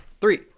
Three